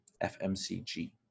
FMCG